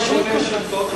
לפני שהוא עונה על שאילתות,